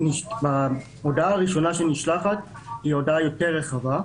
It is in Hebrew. ההודעה הראשונה שנשלחת היא הודעה יותר רחבה,